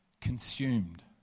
consumed